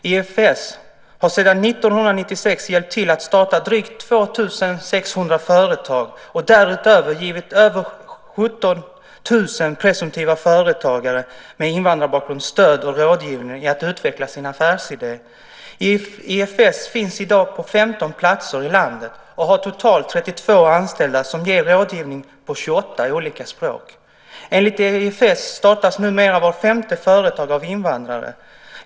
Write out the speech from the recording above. IFS har sedan 1996 hjälpt till att starta drygt 2 600 företag och därutöver givit över 17 000 presumtiva företagare med invandrarbakgrund stöd och rådgivning i att utveckla sina affärsidéer. IFS finns i dag på 15 platser i landet och har totalt 32 anställda som ger rådgivning på 28 olika språk. Enligt IFS startas numera vart femte företag av invandrare.